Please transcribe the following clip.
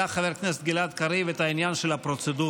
העלה חבר הכנסת גלעד קריב את העניין של הפרוצדורה.